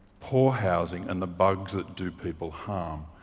poor housing and the bugs that do people harm.